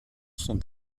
sont